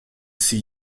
see